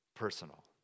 personal